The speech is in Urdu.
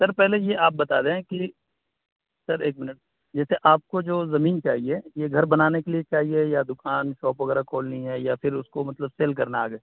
سر پہلے یہ آپ بتا دیں کہ سر ایک منٹ جیسے آپ کو جو زمین چاہیے یہ گھر بنانے کے لیے چاہیے یا دکان شاپ وغیرہ کھولنی ہے یا پھر اس کو مطلب سیل کرنا ہے آگے